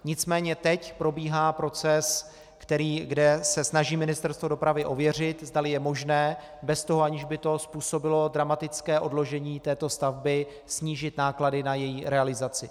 Nicméně teď probíhá proces, kde se snaží Ministerstvo dopravy ověřit, zdali je možné bez toho, aniž by tu způsobilo dramatické odložení této stavby, snížit náklady na její realizaci.